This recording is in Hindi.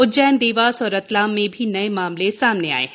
उज्जैन देवास और रतलाम में भी नए मामले सामने आए हैं